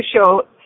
show